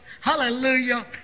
hallelujah